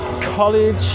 College